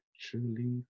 truly